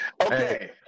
Okay